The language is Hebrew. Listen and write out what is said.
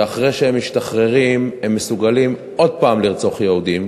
ואחרי שהם משתחררים הם מסוגלים לרצוח שוב יהודים,